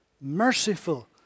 merciful